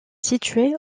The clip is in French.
situé